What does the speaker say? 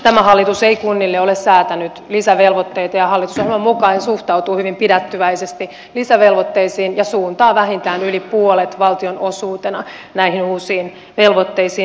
tämä hallitus ei kunnille ole säätänyt lisävelvoitteita ja hallitusohjelman mukaan se suhtautuu hyvin pidättyväisesti lisävelvoitteisiin ja suuntaa vähintään yli puolet valtionosuutena näihin uusiin velvoitteisiin